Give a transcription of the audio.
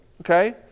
okay